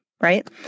right